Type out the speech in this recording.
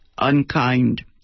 unkind